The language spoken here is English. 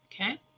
Okay